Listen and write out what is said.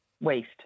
waste